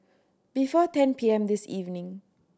before ten P M this evening